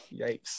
Yikes